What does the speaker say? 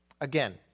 Again